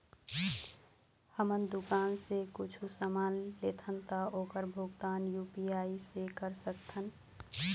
हमन दुकान से कुछू समान लेथन ता ओकर भुगतान यू.पी.आई से कर सकथन?